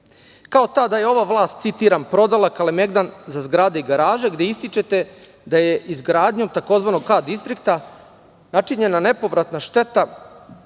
kao ta da je ova vlast, citiram, prodala Kalemegdan za zgrade i garaže, gde ističete da je izgradnjom takozvanog „K distrikta“ načinjena nepovratna šteta